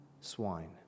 swine